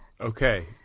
Okay